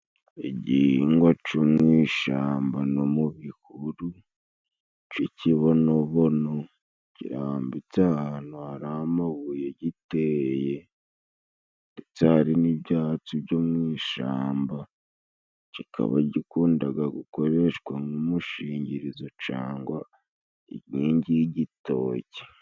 Igihingwa co mu ishamba no mu bihuru c'ikibonobono, kirambitse ahantu hari amabuye giteye, ndetse hari n'ibyatsi byo mu ishamba. Kikaba gikundaga gukoreshwa nk'umushingirizo cangwa inkingi y'igitoki.